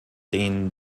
denen